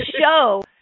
show